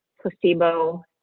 placebo